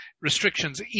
restrictions